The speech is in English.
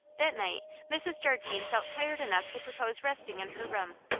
that night mrs. jardine felt tired enough to propose resting in her room,